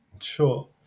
Sure